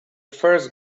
first